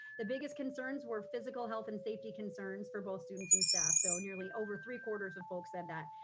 the biggest concerns were physical health and safety concerns for both students and staff, so nearly over three quarters of folks said that.